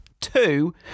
two